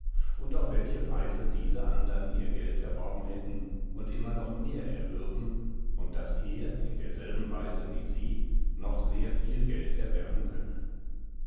und auf welche weise diese anderen ihr geld erworben hätten und immer noch mehr erwürben und daß er in derselben weise wie sie noch sehr viel geld erwerben könne